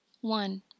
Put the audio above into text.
One